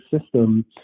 system